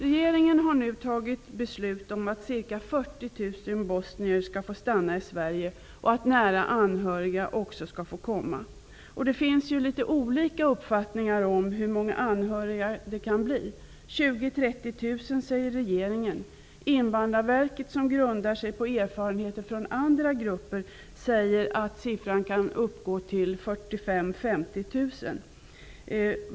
Regeringen har nu fattat beslut om att ca 40 000 bosnier skall få stanna i Sverige och att nära anhöriga också skall få komma. Det finns litet olika uppfattningar om hur många anhöriga det kan bli fråga om. 20 000--30 000, säger regeringen. Invandrarverket, som grundar sin uppfattning på erfarenheter från andra grupper, säger att antalet kan bli 45 000--50 000.